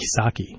kisaki